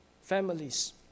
families